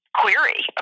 query